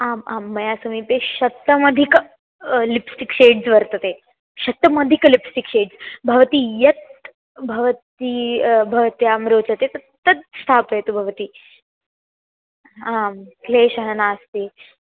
आम् आं मया समीपे शतमधिकं लिप्स्टिक् शेड्स् वर्तते शतमधिकं लिप्स्टिक् शेड्स् भवन्ति यत् भवन्ति भवत्यै रोचते तत् तत् स्थापयतु भवती आम् क्लेशः नास्ति